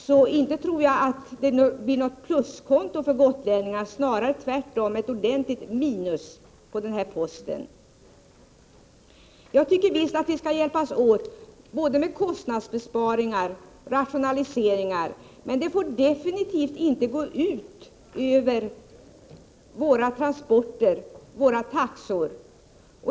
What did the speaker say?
Så inte tror jag att det blir något plus för gotlänningarna utan tvärtom ett ordentligt minus på den här posten. Jag tycker visst att vi skall hjälpas åt både med kostnadsbesparingar och rationaliseringar, men det får definitivt inte gå ut över våra taxor.